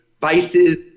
vices